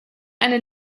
eine